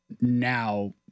now